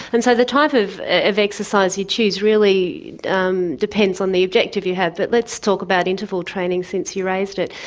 and so the type of of exercise you choose really um depends on the objective you have. but let's talk about interval training, since you raised it.